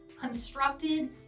constructed